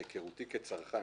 מהיכרותי כצרכן,